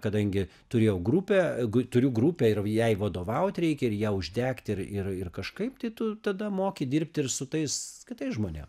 kadangi turėjau grupę jeigu turi grupę ir jai vadovaut reikia ir ją uždegt ir ir ir kažkaip tai tu tada moki dirbt ir su tais kitais žmonėm